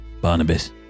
Barnabas